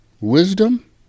wisdom